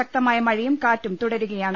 ശക്തമായ മഴയും കാറ്റും തുടരുക യാണ്